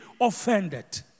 offended